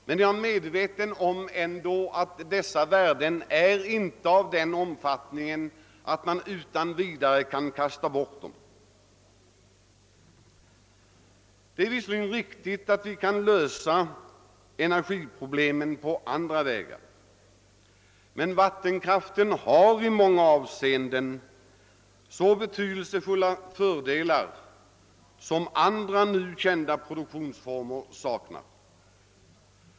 Men jag är ändå medveten om att dessa värden inte är av den omfattningen att man utan vidare kan kasta bort dem. Det är visserligen riktigt att vi kan lösa energiproblemen på andra vägar, men vattenkraften har i många avseenden betydelsefulla fördelar, som andra nu kända produktionsformer saknar.